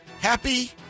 Happy